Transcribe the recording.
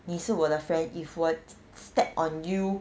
你是我的 friend if 我 step on you